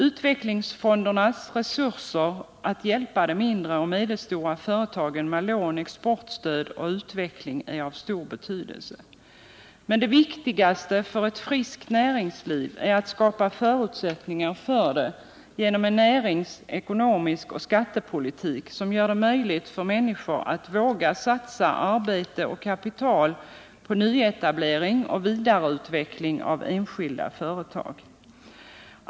Utvecklingsfondernas resurser att hjälpa de mindre och medelstora företagen med lån, exportstöd och utveckling är av stor betydelse. Men det viktigaste för ett friskt näringsliv är att skapa förutsättningar för det genom en näringspolitik, ekonomisk politik och skattepolitik som gör att människor vågar satsa arbete och kapital på nyetablering och vidareutveckling av enskilda företag.